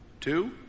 Two